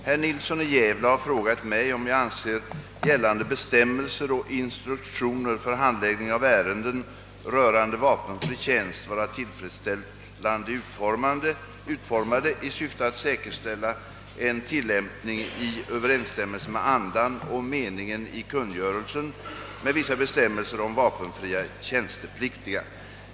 Herr Nilsson i Gävle har frågat mig, om jag anser gällande bestämmelser och instruktioner för handläggning av ärenden rörande vapenfri tjänst vara tillfredsställande utformade i syfte att säkerställa en tilllämpning i överensstämmelse med andan och meningen i kungörelsen med vissa bestämmelser om vapenfria tjäns tepliktiga.